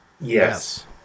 yes